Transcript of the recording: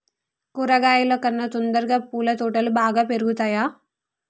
కూరగాయల కన్నా తొందరగా పూల తోటలు బాగా పెరుగుతయా?